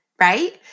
Right